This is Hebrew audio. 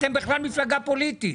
אתם בכלל מפלגה פוליטית.